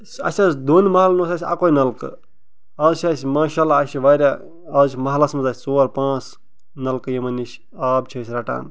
اسہِ ٲس دۄن محلَن اوس اسہِ اَکۄے نَلکہٕ آز چھِ اسہِ ماشاء اللہ آز چھِ واریاہ آز چھِ محلَس منٛز اسہِ ژور پانٛژھ نَلکہٕ یِمَن نِش آب چھِ أسۍ رَٹان